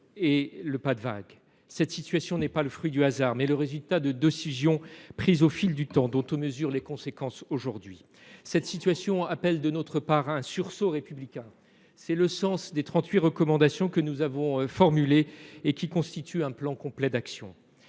et le « pas de vagues ». Cette situation est non pas le fruit du hasard, mais le résultat de décisions prises au fil du temps, dont on mesure les conséquences aujourd’hui. Cette situation appelle de notre part un sursaut républicain. Tel est le sens des trente huit recommandations que nous avons formulées et qui constituent un plan d’action